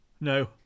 No